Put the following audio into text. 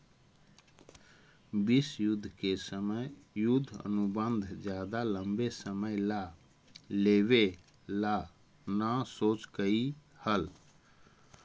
विश्व युद्ध के समय युद्ध अनुबंध ज्यादा लंबे समय ला लेवे ला न सोचकई हल